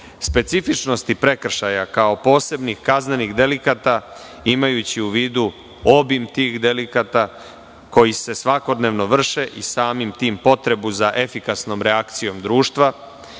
specifičnosti prekršaja, kao posebnih kaznenih delikata, imajući u vidu obim tih delikata koji se svakodnevno vrše i samim tim potrebu za efikasnom reakcijom društva,